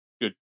good